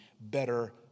better